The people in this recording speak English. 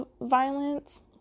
violence